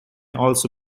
also